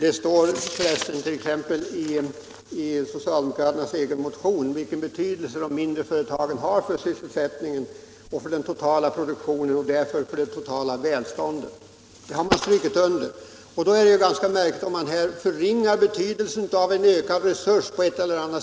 I socialdemokraternas egen motion talas det om vilken betydelse de mindre företagen har för sysselsättningen, för den totala produktionen och därmed för det totala välståndet. Det har man strukit under. Då är det ganska märkligt att man här förringar betydelsen av en ökad resurs i företagen.